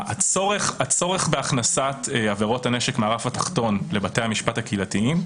הצורך בהכנסת עבירות הנשק מהרף התחתון לבתי המשפט הקהילתיים,